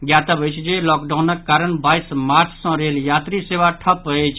ज्ञातव्य अछि जे लॉकडाउनक कारण बाईस मार्च सँ रेल यात्री सेवा ठप्प अछि